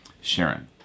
sharon